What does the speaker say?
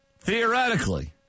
Theoretically